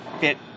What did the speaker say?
bit